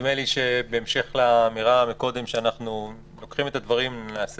בהמשך לאמירה קודם שאנחנו לוקחים את הדברים ונעשה